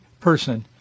person